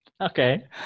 Okay